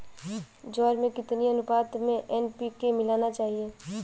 ज्वार में कितनी अनुपात में एन.पी.के मिलाना चाहिए?